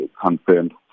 confirmed